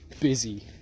busy